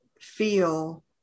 feel